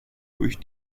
durch